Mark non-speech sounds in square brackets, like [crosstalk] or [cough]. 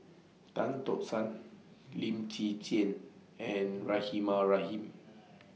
Tan Tock San Lim Chwee Chian and Rahimah Rahim [noise]